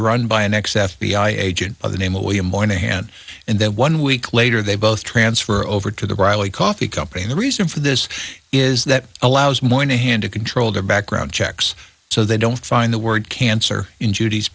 run by an ex f b i agent by the name of william boynton hand in that one week later they both transfer over to the riley coffee company and the reason for this is that allows moynahan to control their background checks so they don't find the word cancer in judy's